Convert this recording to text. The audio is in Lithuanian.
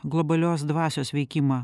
globalios dvasios veikimą